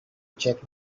checked